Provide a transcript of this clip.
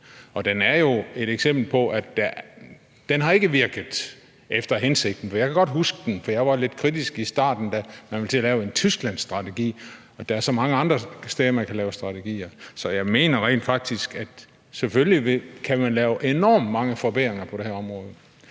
en ny Tysklandsstrategi. Og den har jo ikke virket efter hensigten. Jeg kan godt huske den, for jeg var lidt kritisk i starten, da man ville til at lave en Tysklandsstrategi. Der er så mange andre steder, man kan lave strategier for. Man kan selvfølgelig lave enormt mange forbedringer på det her område.